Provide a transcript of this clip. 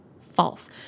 false